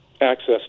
access